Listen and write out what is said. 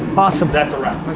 awesome. that's a wrap.